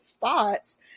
thoughts